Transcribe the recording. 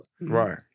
Right